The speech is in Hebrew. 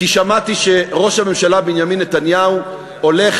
כי שמעתי שראש הממשלה בנימין נתניהו הולך